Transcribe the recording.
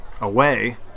away